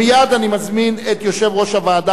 מייד אני מזמין את יושב-ראש הוועדה,